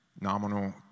nominal